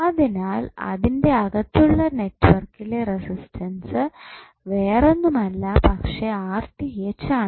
അതിനാൽ അതിൻറെ അകത്തുള്ള നെറ്റ്വർക്കിലെ റസിസ്റ്റൻസ് വേറൊന്നുമല്ല പക്ഷേ ആണ്